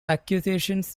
accusations